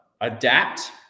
adapt